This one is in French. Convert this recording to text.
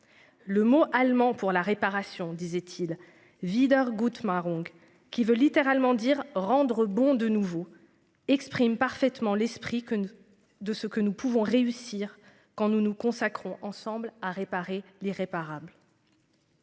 Le mot allemand pour la réparation, disait-il videur marron qui veut littéralement dire rendre bon de nouveau exprime parfaitement l'esprit que. De ce que nous pouvons réussir quand nous nous consacrons ensemble à réparer l'irréparable.